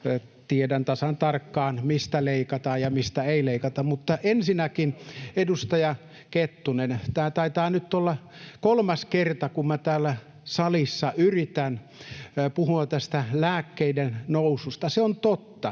Tiedän tasan tarkkaan, mistä leikataan ja mistä ei leikata. Ensinnäkin, edustaja Kettunen, tämä taitaa nyt olla kolmas kerta, kun minä täällä salissa yritän puhua tästä lääkkeiden hinnan noususta. Se on totta,